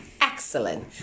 Excellent